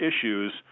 issues –